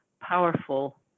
powerful